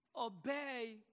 obey